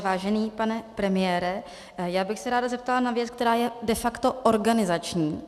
Vážený pane premiére, já bych se ráda zeptala na věc, která je de facto organizační.